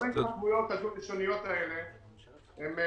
כל ההתחכמויות הדו לשוניות האלה הן